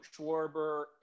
schwarber